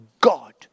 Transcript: God